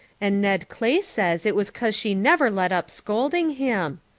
and ned clay says it was cause she never let up scolding him.